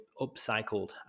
upcycled